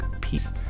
Peace